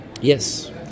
Yes